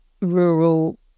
rural